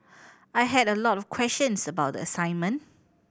I had a lot of questions about the assignment